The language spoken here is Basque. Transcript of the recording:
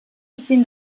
ezin